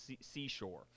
seashore